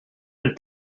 been